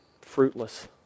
fruitless